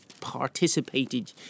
participated